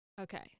Okay